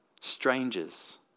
strangers